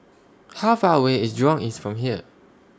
How Far away IS Jurong East from here